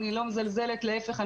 אני לא מזלזלת להפך,